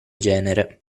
genere